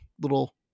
little